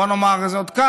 בוא נאמר את זה כך,